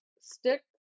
stick